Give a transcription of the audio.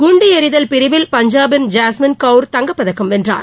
குண்டெறிதல் பிரிவில் பஞ்சாபின் ஜாஸ்மின் கவுர் தங்கப்பதக்கம் வென்றார்